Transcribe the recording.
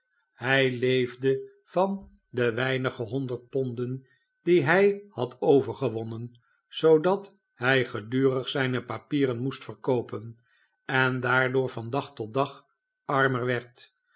hjj leefde van de weinige honderd ponden die hij had overgewonnen zoodat hi gedurig zijne papieren moest verkoopen en daardoor van dag tot dag armer werd